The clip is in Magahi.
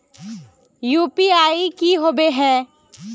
यु.पी.आई की होबे है?